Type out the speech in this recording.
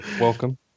Welcome